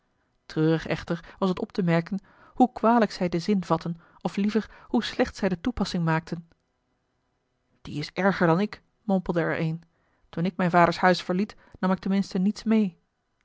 treurig echter was het op te merken hoe kwalijk zij den zin vatten of liever hoe slecht zij de toepassing maakten die is erger dan ik mompelde er een toen ik mijn vaders huis verliet nam ik ten minste niets meê